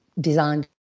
designed